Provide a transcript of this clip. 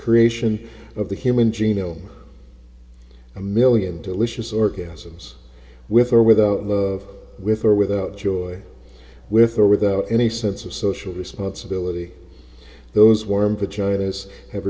creation of the human genome a million delicious orgasms with or without love with or without joy with or without any sense of social responsibility those warm for china's have